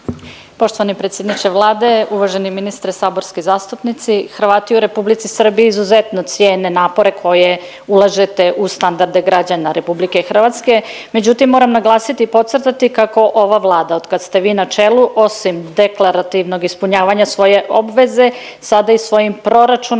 Poštovani predsjedniče Vlade, uvaženi ministre, saborski zastupnici Hrvati u Republici Srbiji izuzetno cijene napore koje ulažete u standarde građana RH, međutim moram naglasiti i podcrtati kako ova Vlada od kad ste vi na čelu osim deklarativnog ispunjavanja svoje obveze, sada i svojim proračunom